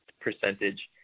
percentage